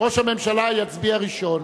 ראש הממשלה יצביע ראשון.